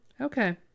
Okay